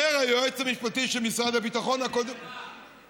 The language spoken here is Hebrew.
אומר היועץ המשפטי של משרד הביטחון, על מה?